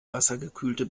wassergekühlte